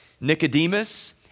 Nicodemus